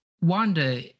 Wanda